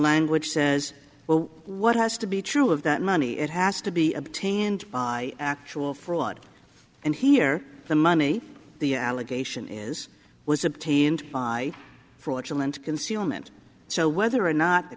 language says well what has to be true of that money it has to be obtained by actual fraud and here the money the allegation is was obtained by fraudulent concealment so whether or not the